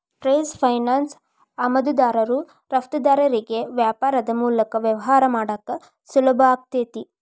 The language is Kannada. ಟ್ರೇಡ್ ಫೈನಾನ್ಸ್ ಆಮದುದಾರರು ರಫ್ತುದಾರರಿಗಿ ವ್ಯಾಪಾರದ್ ಮೂಲಕ ವ್ಯವಹಾರ ಮಾಡಾಕ ಸುಲಭಾಕೈತಿ